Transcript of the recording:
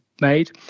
made